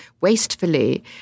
wastefully